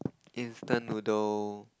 instant noodle